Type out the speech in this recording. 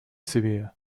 severe